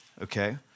Okay